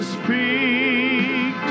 speak